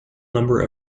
number